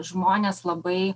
žmonės labai